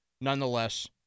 nonetheless